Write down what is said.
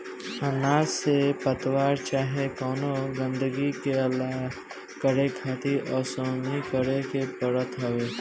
अनाज से पतवार चाहे कवनो गंदगी के अलग करके खातिर ओसवनी करे के पड़त हवे